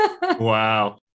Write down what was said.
Wow